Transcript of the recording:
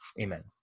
Amen